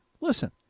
Listen